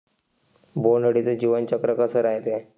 बोंड अळीचं जीवनचक्र कस रायते?